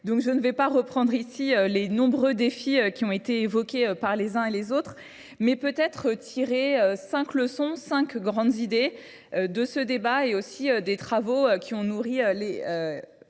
donc je ne vais pas reprendre ici les nombreux défis qui ont été évoqués par les uns et les autres, mais peut-être tirer cinq leçons, cinq grandes idées de ce débat et aussi des travaux qui ont nourri les